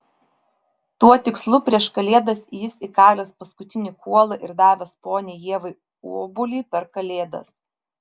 tuo tikslu prieš kalėdas jis įkalęs paskutinį kuolą ir davęs poniai ievai obuolį per kalėdas